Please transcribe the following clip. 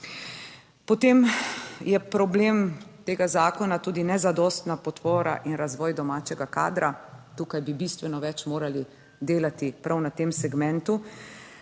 Potem je problem tega zakona tudi nezadostna podpora in razvoj domačega kadra. Tukaj bi bistveno več morali delati prav na tem segmentu.